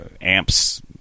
amps